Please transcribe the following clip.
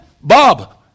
Bob